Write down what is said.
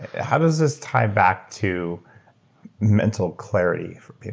how does this tie back to mental clarity for people?